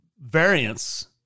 variance